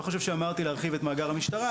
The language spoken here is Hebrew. לא חושב שאמרתי להרחיב את מאגר המשטרה,